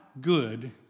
good